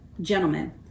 Gentlemen